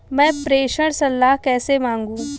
मैं प्रेषण सलाह कैसे मांगूं?